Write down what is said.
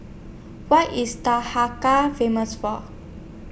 What IS Famous For